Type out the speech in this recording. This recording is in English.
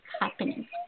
happening